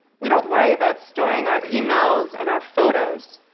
we don't worry about storing our emails and our photos.